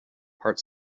part